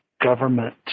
government